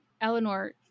Eleanor